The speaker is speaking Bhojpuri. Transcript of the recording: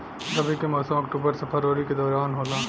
रबी के मौसम अक्टूबर से फरवरी के दौरान होला